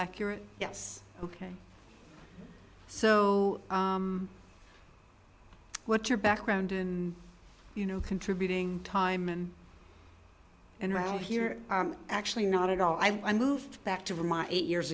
accurate yes ok so what's your background and you know contributing time in and around here actually not at all i moved back to remind eight years